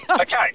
Okay